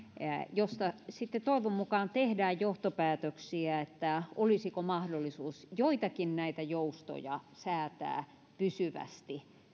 josta sitten toivon mukaan tehdään johtopäätöksiä siitä olisiko mahdollisuus joitakin näistä joustoista säätää pysyvästi